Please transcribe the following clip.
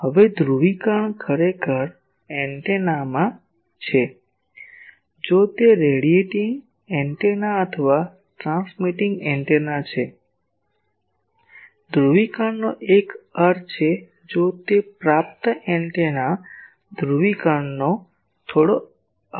હવે ધ્રુવીકરણ ખરેખર એન્ટેનામાં છે જો તે રેડિએટિંગ એન્ટેના અથવા ટ્રાન્સમિટિંગ એન્ટેના છે ધ્રુવીકરણનો એક અર્થ છે જો તે પ્રાપ્ત એન્ટેના ધ્રુવીકરણનો થોડો અલગ અર્થ હોય છે